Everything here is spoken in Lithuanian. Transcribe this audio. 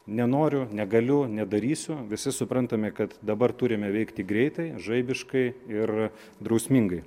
nenoriu negaliu nedarysiu visi suprantame kad dabar turime veikti greitai žaibiškai ir drausmingai